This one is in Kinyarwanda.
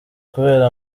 kubera